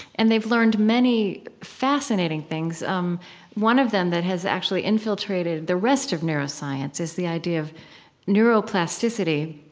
and they've learned many fascinating things. um one of them that has actually infiltrated the rest of neuroscience is the idea of neuroplasticity.